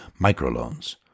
microloans